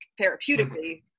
Therapeutically